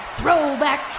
Throwback